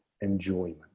enjoyment